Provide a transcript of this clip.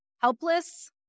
helpless